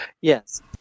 Yes